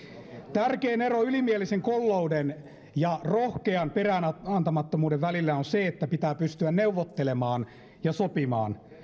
tärkein ero ylimielisen kollouden ja rohkean peräänantamattomuuden välillä on se että pitää pystyä neuvottelemaan ja sopimaan